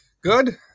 Good